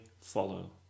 follow